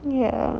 ya